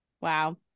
Wow